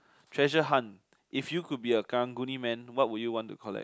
treasure hunt if you could be a Karang-Guni man what would you want to collect